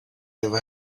never